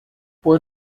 por